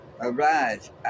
Arise